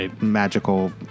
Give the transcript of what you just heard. magical